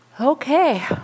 okay